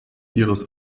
ihres